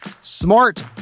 smart